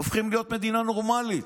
הופכים להיות מדינה נורמלית,